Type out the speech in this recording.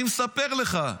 אני מספר לך.